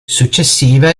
successiva